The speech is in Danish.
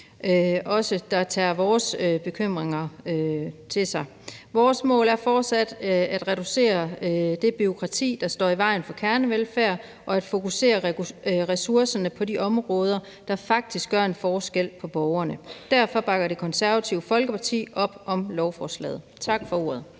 højde for vores bekymringer. Vores mål er fortsat at reducere det bureaukrati, der står i vejen for kernevelfærd, og at fokusere ressourcerne på de områder, der faktisk gør en forskel for borgerne. Derfor bakker Det Konservative Folkeparti op om lovforslaget. Tak for ordet.